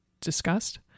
discussed